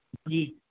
جی